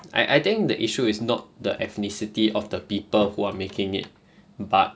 I I think the issue is not the ethnicity of the people who are making it but